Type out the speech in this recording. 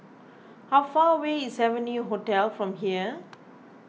how far away is Venue Hotel from here